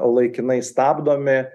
laikinai stabdomi